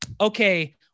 okay